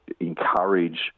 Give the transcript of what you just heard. encourage